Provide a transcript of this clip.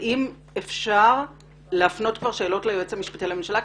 ואם אפשר להפנות שאלות ליועץ המשפטי לממשלה,